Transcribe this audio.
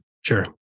Sure